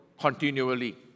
continually